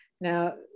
Now